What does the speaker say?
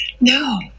no